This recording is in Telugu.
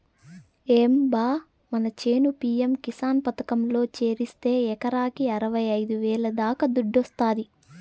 ఏం బా మన చేను పి.యం కిసాన్ పథకంలో చేరిస్తే ఎకరాకి అరవైఐదు వేల దాకా దుడ్డొస్తాది